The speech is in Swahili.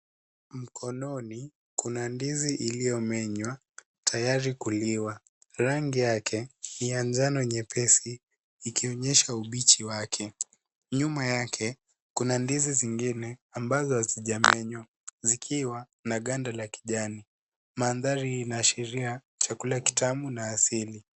Mikononi kuna ndizi iliyomenywa tayari kuliwa. Rangi yake ni ya njano nyepesi ikionyesha ubichi wake. Nyuma yake kuna ndizi zingine ambazo hazijamenywa zikiwa na ganda la kijani. Mandhari inaashiria chakula kitamu na asili.